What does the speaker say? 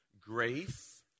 grace